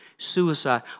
suicide